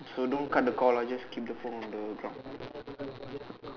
so don't cut the call ah just keep the phone on the